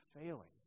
failing